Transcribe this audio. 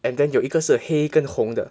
and then 有一个是黑根红的